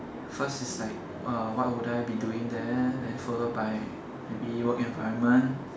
first is like uh what would I be doing there then followed by maybe work environment